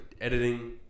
editing